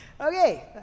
Okay